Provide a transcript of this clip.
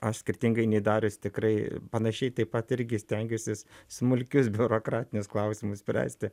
aš skirtingai nei darius tikrai panašiai taip pat irgi stengiuosis smulkius biurokratinius klausimus spręsti